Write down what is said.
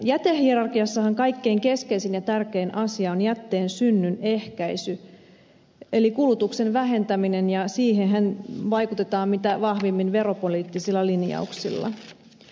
jätehierarkiassahan kaikkein keskeisin ja tärkein asia on jätteen synnyn ehkäisy eli kulutuksen vähentäminen ja siihenhän vaikutetaan mitä vahvimmin veropoliittisilla linjauksilla